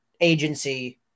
agency